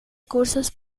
cursos